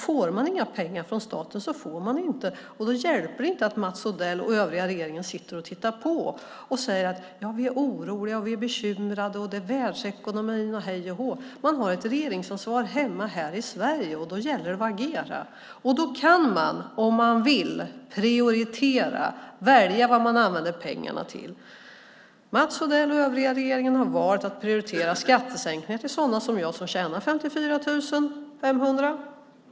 Får man inte pengar från staten så får man inte, och då hjälper det inte att Mats Odell och övriga regeringen sitter och tittar på och säger att de är oroliga och bekymrade och det är världsekonomin och hej och hå. Man har ett regeringsansvar här hemma i Sverige, och då gäller det att agera. Man kan, om man vill, prioritera och välja vad pengarna ska användas till. Mats Odell och övriga regeringen har valt att prioritera skattesänkningar för sådana som jag som tjänar 54 500 kronor i månaden.